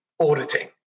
auditing